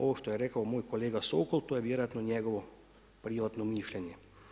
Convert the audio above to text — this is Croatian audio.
Ovo što je rekao moj kolega Sokol to je vjerojatno njegovo privatno mišljenje.